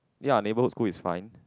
ya neighbourhood school is fine